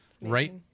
right